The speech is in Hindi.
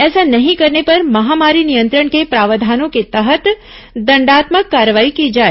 ऐसा नहीं करने पर महामारी नियंत्रण के प्रावधानों के तहत दंडात्मक कार्रवाई की जाए